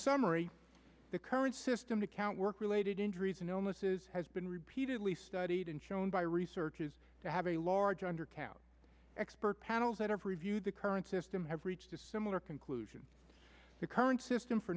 summary the current system to count work related injuries and illnesses has been repeatedly studied and shown by research is to have a large undercount expert panels that have reviewed the current system have reached a similar conclusion the current system for